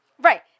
right